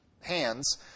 hands